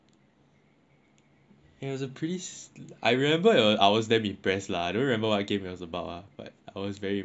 it was a pretty s~ I remember I was damn impressed lah I don't remember what that game was about but I was very impressed